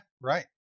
right